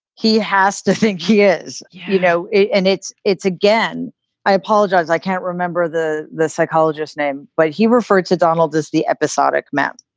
he has to think he is. you know, and it's it's again i apologize. i can't remember the. the psychologist name but he referred to donald as the episodic map